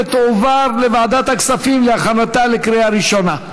ותועבר לוועדת הכספים להכנתה לקריאה ראשונה.